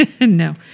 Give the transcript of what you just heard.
No